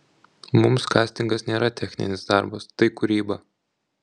mums kastingas nėra techninis darbas tai kūryba